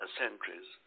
centuries